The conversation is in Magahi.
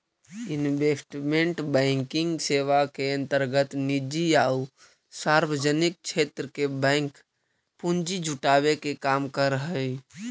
इन्वेस्टमेंट बैंकिंग सेवा के अंतर्गत निजी आउ सार्वजनिक क्षेत्र के बैंक पूंजी जुटावे के काम करऽ हइ